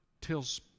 tells